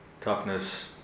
toughness